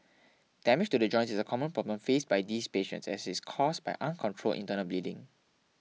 damage to the joints is a common problem faced by these patients and is caused by uncontrolled internal bleeding